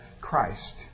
Christ